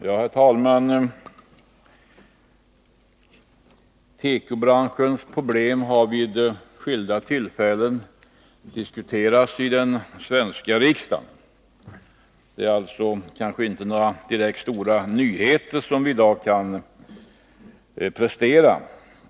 Herr talman! Tekobranschens problem har vid skilda tillfällen diskuterats i den svenska riksdagen. Det är alltså inte några direkt stora nyheter som vi i dag kan prestera.